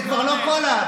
זה כבר לא קולה.